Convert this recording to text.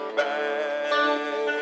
back